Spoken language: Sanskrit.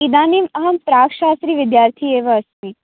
इदानीम् अहं प्राक् शास्त्री विद्यार्थी एव अस्ति